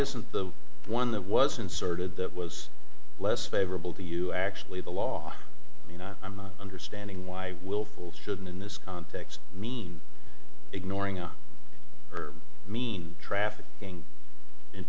isn't the one that was inserted that was less favorable to you actually the law you know i'm not understanding why willful shouldn't in this context mean ignoring i mean traffic going in